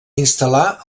instal·lar